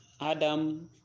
adam